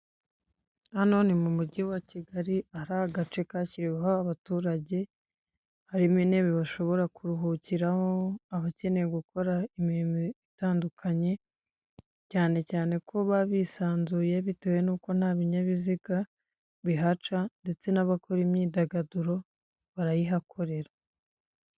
Hano ni mu mugi wa Kigali hari agace kashyiriweho abaturage, harimo intebe bashobora kuruhukiraho abakeneye gukora imirimo itandukanye, cyane cyane ko baba bisanzuye bitewe nuko nta binyanyabiziga bihaca ndetse n'abakora imyidagaduro barayihakorera.